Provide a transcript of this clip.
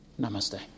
Namaste